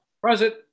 Present